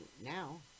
now